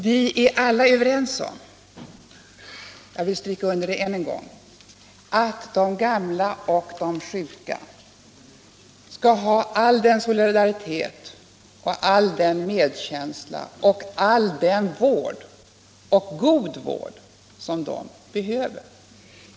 Vi är alla överens om -— jag vill poängtera det ännu en gång — att de gamla och sjuka skall ha all den solidaritet, all den medkänsla och all den vård — och det skall vara god vård — som de behöver.